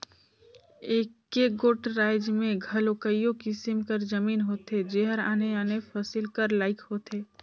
एके गोट राएज में घलो कइयो किसिम कर जमीन होथे जेहर आने आने फसिल कर लाइक होथे